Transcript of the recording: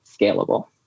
scalable